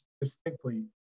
distinctly